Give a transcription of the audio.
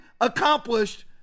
accomplished